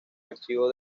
archivo